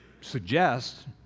suggest